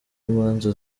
imanza